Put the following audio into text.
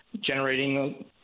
generating